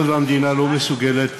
היות שהמדינה לא מסוגלת